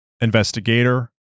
Investigator